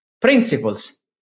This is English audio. principles